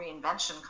reinvention